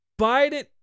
Biden